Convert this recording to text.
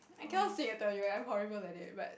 I cannot sing I tell you I'm horrible at it but